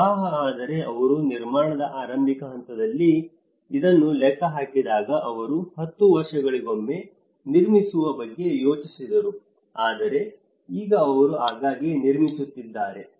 ಪ್ರವಾಹ ಆದರೆ ಅವರು ನಿರ್ಮಾಣದ ಆರಂಭಿಕ ಹಂತದಲ್ಲಿ ಇದನ್ನು ಲೆಕ್ಕ ಹಾಕಿದಾಗ ಅವರು 10 ವರ್ಷಗಳಿಗೊಮ್ಮೆ ನಿರ್ಮಿಸುವ ಬಗ್ಗೆ ಯೋಚಿಸಿದರು ಆದರೆ ಈಗ ಅವರು ಆಗಾಗ್ಗೆ ನಿರ್ಮಿಸುತ್ತಿದ್ದಾರೆ